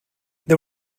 they